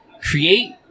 create